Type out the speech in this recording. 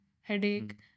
headache